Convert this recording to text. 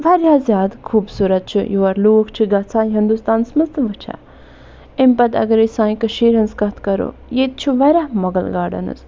واریاہ زیادٕ خوبصوٗرت چھِ یور لوٗکھ چھِ گَژھان ہِندوستانَس مَنٛز تہٕ وچھان اَمہِ پَتہٕ اگَرَے سانہِ کٔشیٖر ہٕنٛز کتھ کَرو ییٚتہِ چھِ واریاہ مۅغل گارڈنٕز